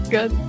Good